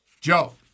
Joe